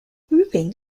ripping